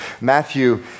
Matthew